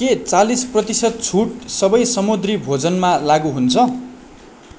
के चालिस प्रतिशत छुट सबै समुद्री भोजनमा लागु हुन्छ